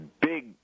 big